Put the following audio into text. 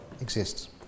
exists